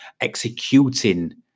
executing